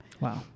Wow